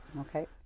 Okay